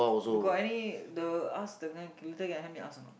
you got any the ask the guy later can help me ask or not